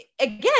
again